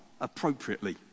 appropriately